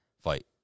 fight